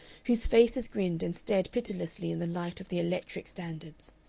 whose faces grinned and stared pitilessly in the light of the electric standards.